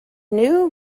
new